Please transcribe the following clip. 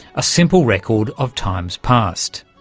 a simple record of times past.